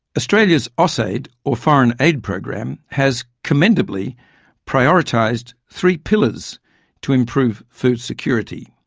australia's ausaid or foreign aid program has commendably prioritised three pillars to improve food security.